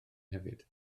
hefyd